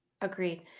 Agreed